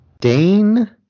Dane